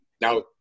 now